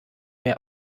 mehr